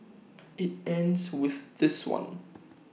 IT ends with this one